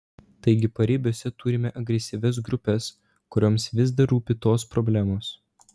taigi paribiuose turime agresyvias grupes kurioms vis dar rūpi tos problemos